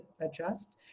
adjust